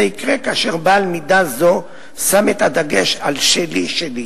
זה יקרה כאשר בעל מידה זו שם את הדגש על ה'שלי שלי',